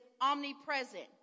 omnipresent